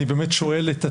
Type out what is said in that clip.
אני באמת שואל את עצמי,